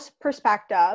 perspective